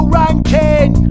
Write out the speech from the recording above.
ranking